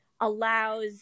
allows